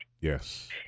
Yes